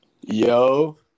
Yo